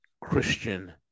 Christian